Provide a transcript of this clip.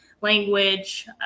language